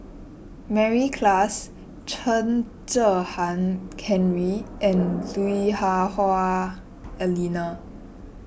Mary Klass Chen Kezhan Henri and Lui Hah Wah Elena